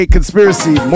Conspiracy